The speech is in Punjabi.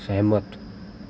ਸਹਿਮਤ